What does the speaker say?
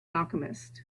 alchemist